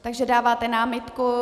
Takže dáváte námitku.